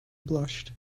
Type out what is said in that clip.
blushed